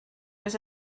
was